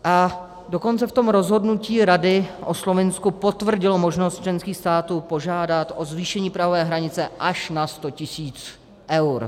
A dokonce v tom rozhodnutí Rady o Slovinsku potvrdilo možnost členských států požádat o zvýšení prahové hranice až na 100 tisíc eur.